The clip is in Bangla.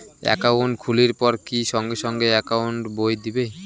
একাউন্ট খুলির পর কি সঙ্গে সঙ্গে একাউন্ট বই দিবে?